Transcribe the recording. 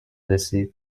رسید